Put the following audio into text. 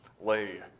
lay